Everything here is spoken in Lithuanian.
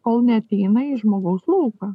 kol neateina į žmogaus lūpą